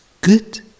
good